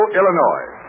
Illinois